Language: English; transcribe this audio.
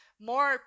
more